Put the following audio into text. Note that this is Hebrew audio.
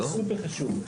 זה סופר חשוב.